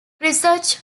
research